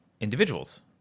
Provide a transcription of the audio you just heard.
individuals